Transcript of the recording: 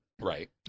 Right